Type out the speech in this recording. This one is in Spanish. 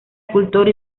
escultor